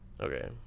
Okay